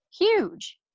huge